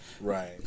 right